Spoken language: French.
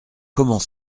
comment